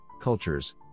cultures